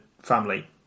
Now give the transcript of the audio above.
family